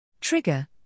Trigger